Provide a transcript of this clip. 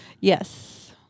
Yes